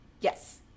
Yes